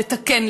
לתקן,